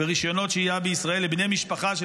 ורישיונות שהייה בישראל לבני משפחה של